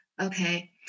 Okay